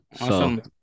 Awesome